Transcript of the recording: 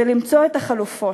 ולמצוא את החלופות.